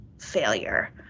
failure